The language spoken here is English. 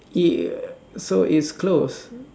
ya so it's closed